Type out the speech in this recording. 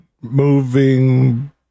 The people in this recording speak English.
moving